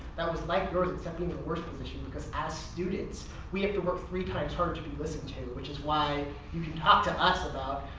that was like yours except being in a worst position because as students we have to work three times harder to be listened to, which is why you can talk to us about,